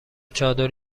چادر